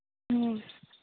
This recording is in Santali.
ᱦᱮᱸ